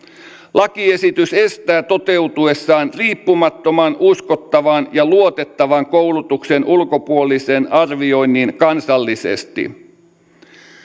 lakiesitys estää toteutuessaan riippumattoman uskottavan ja luotettavan koulutuksen ulkopuolisen arvioinnin kansallisesti